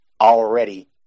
already